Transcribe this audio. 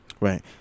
right